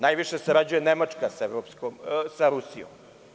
Najviše sarađuje Nemačka sa Rusijom.